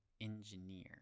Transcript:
engineer